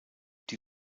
die